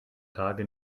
tage